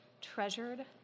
treasured